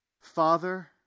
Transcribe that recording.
Father